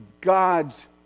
God's